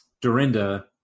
Dorinda